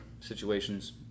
situations